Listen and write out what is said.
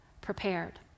prepared